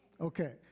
Okay